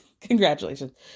Congratulations